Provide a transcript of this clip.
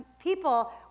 people